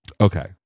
Okay